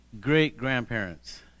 great-grandparents